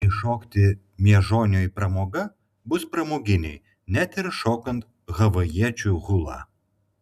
jei šokti miežoniui pramoga bus pramoginiai net ir šokant havajiečių hulą